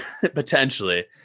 potentially